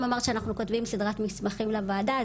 מקודם אמרת שאנחנו כותבים סדרת מסמכים לוועדה,